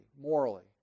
morally